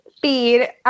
Speed